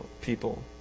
people